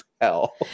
hell